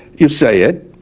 you say it,